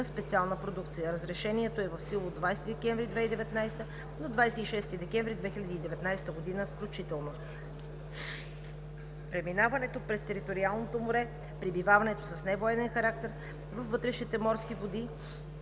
на специална продукция. Разрешението е в сила от 20 декември 2019 г. до 26 декември 2019 г. включително; 2.2. Преминаването през териториалното море, пребиваването с невоенен характер във вътрешните морски води